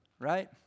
right